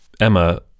Emma